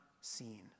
seen